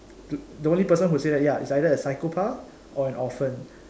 the only person who say that ya is either a psychopath or an orphan